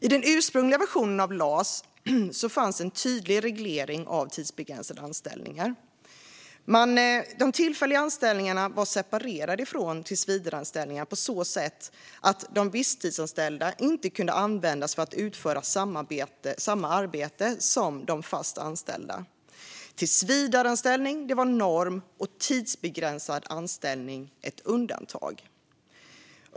I den ursprungliga versionen av LAS fanns en tydlig reglering av tidsbegränsade anställningar. De tillfälliga anställningarna var separerade från tillsvidareanställningarna på så sätt att de visstidsanställda inte kunde användas för att utföra samma arbete som de fast anställda. Tillsvidareanställning var norm och tidsbegränsad anställning ett undantag.